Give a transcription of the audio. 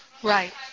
Right